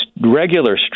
regular